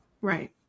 Right